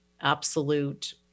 absolute